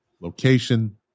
location